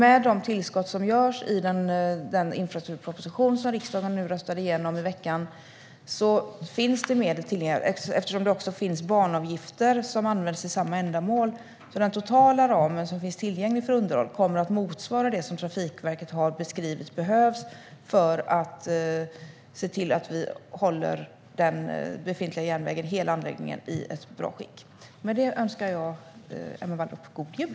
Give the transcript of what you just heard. Med de tillskott som görs i den infrastrukturproposition som riksdagen röstade igenom i veckan finns det medel tillgängliga eftersom det också finns banavgifter som används för samma ändamål, så den totala ram som finns tillgänglig för underhåll kommer att motsvara det som Trafikverket har beskrivit behövs för att se till att vi håller den befintliga järnvägen, hela anläggningen, i gott skick. Med det önskar jag Emma Wallrup god jul!